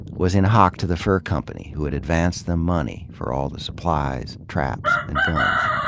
was in hock to the fur company who had advanced them money for all the supplies, traps, and guns.